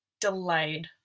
delayed